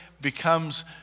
becomes